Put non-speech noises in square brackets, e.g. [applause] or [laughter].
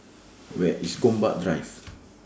Where IS Gombak Drive [noise]